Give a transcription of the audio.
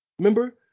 Remember